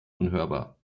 unhörbar